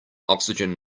oxygen